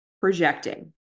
projecting